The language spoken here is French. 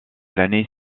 l’année